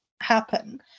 happen